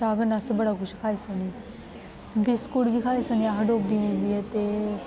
चाह् कन्नै अस बड़ा कुछ खाई सकने बिस्कुट बी खाई सकने अस डोब्बी डोब्बियै ते